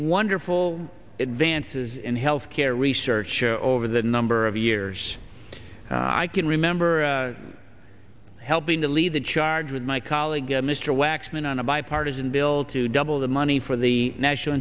wonderful advances in health care research over the number of years i can remember helping to lead the charge with my colleague mr waxman on a bipartisan bill to double the money for the national